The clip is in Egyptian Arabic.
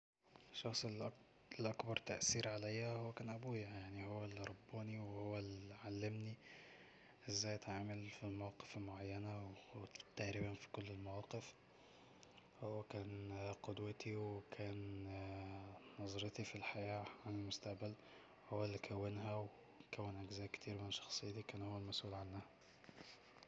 الشخص اللي اللي اكبر تأثير عليا هو كان ابويا يعني هو اللي رباني وهو اللي علمني ازاي اتعامل في المواقف المعينة وتقريبا في كل المواقف وكان قدوتي وكان نظرتي في الحياة حوالين المستقبل هو اللي كونها وكون اجزاء كتير من شخصيتي كان هو المسؤول عنها